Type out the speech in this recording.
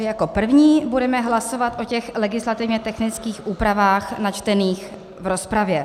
Jako první budeme hlasovat o legislativně technických úpravách načtených v rozpravě.